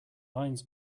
lines